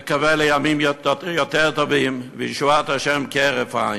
נקווה לימים יותר טובים וישועת השם כהרף עין.